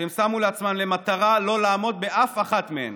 שהם שמו לעצמם למטרה לא לעמוד באף אחת מהן,